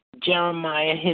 Jeremiah